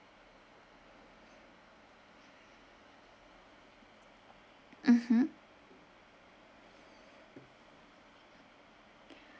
mmhmm